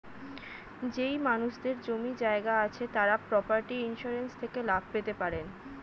যেই মানুষদের জমি জায়গা আছে তারা প্রপার্টি ইন্সুরেন্স থেকে লাভ পেতে পারেন